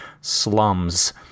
Slums